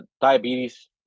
Diabetes